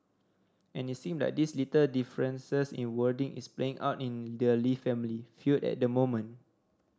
and it seem like these little differences in wording is playing out in the Lee family feud at the moment